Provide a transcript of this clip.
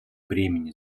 бремени